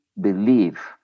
believe